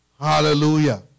Hallelujah